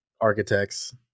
Architects